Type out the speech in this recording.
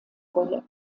rolle